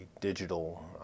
digital